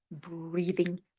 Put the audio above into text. breathing